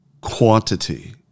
quantity